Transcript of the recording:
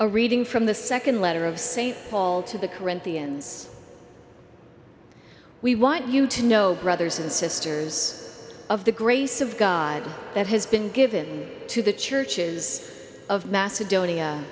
a reading from the nd letter of st paul to the corinthians we want you to know brothers and sisters of the grace of god that has been given to the churches of macedonia